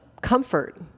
comfort